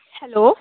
hello